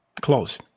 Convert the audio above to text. close